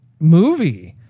movie